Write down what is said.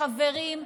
חברים,